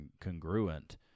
congruent